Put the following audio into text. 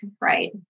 right